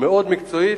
מאוד מקצועית.